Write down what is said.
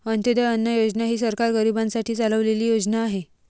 अंत्योदय अन्न योजना ही सरकार गरीबांसाठी चालवलेली योजना आहे